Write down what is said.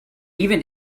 even